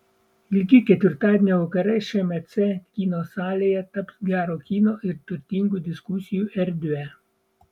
ilgi ketvirtadienio vakarai šmc kino salėje taps gero kino ir turtingų diskusijų erdve